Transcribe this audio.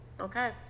Okay